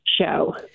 show